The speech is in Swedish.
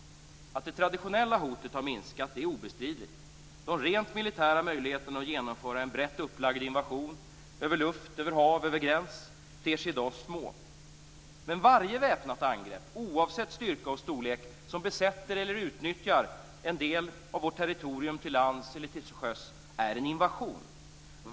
Att det traditionella hotet har minskat är obestridligt. De rent militära möjligheterna att genomföra en brett upplagd invasion över luft, över hav och över gräns ter sig i dag små. Men varje väpnat angrepp, oavsett styrka och storlek, som besätter eller utnyttjar en del av vårt territorium till lands eller till sjöss är en invasion.